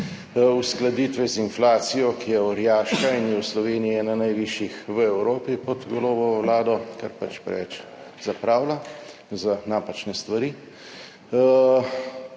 uskladitve z inflacijo, ki je orjaška in je v Sloveniji ena najvišjih v Evropi pod Golobovo vlado, kar pač preveč zapravlja za napačne stvari.